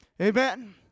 Amen